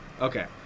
Okay